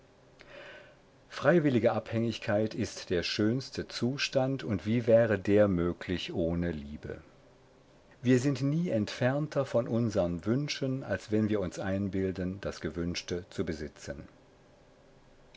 freiwillige abhängigkeit ist der schönste zustand und wie wäre der möglich ohne liebe wir sind nie entfernter von unsern wünschen als wenn wir uns einbilden das gewünschte zu besitzen